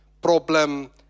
problem